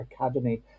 Academy